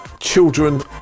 children